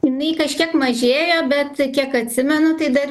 jinai kažkiek mažėja bet kiek atsimenu tai dar